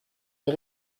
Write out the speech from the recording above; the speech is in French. est